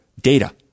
data